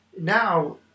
Now